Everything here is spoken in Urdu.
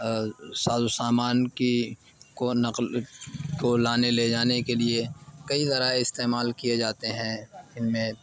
ساز و سامان کی کو نقل کو لانے لے جانے کے لیے کئی ذرائع استعمال کیے جاتے ہیں ان میں